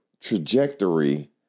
trajectory